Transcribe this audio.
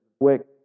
quick